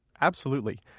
absolutely.